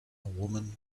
woman